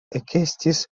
ekestis